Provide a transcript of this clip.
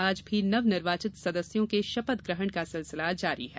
आज भी नवनिर्वाचित सदस्यों के शपथ ग्रहण का सिलसिला जारी है